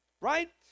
right